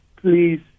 please